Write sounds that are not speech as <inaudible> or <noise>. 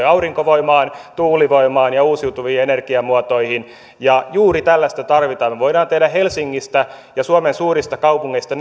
<unintelligible> aurinkovoimaan tuulivoimaan ja uusiutuviin energiamuotoihin ja juuri tällaista tarvitaan me voimme tehdä helsingistä ja suomen suurista kaupungeista <unintelligible>